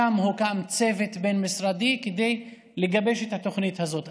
שבו הוקם צוות בין-משרדי כדי לגבש את התוכנית הזאת.